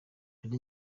nari